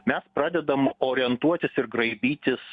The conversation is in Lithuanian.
mes pradedam orientuotis ir graibytis